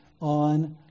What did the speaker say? on